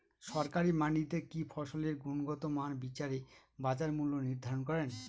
সরকারি মান্ডিতে কি ফসলের গুনগতমান বিচারে বাজার মূল্য নির্ধারণ করেন?